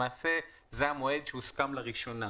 למעשה זה המועד שהוסכם לראשונה